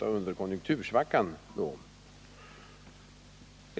under konjunktursvackan 1977-1978.